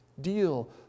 Deal